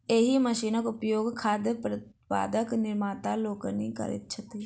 एहि मशीनक उपयोग खाद्य उत्पादक निर्माता लोकनि करैत छथि